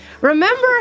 Remember